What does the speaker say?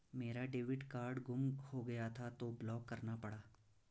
मेरा debit card गुम हो गया था तो ब्लॉक करना पड़ा